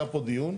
היה פה דיון.